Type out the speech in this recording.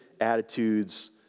attitudes